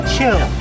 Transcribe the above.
Chill